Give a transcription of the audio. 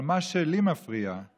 אבל מה שלי מפריע זה